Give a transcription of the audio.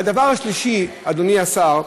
והדבר השלישי, אדוני השר,